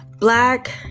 black